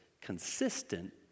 consistent